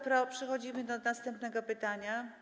Przechodzimy do następnego pytania.